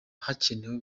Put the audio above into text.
hakenewe